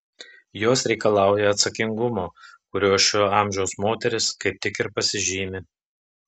jos reikalauja atsakingumo kuriuo šio amžiaus moterys kaip tik ir pasižymi